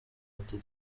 ati